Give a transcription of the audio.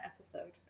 episode